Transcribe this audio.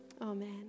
Amen